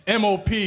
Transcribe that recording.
MOP